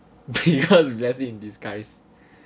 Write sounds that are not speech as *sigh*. biggest *laughs* blessing in disguise